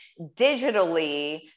digitally